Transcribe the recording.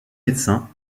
médecins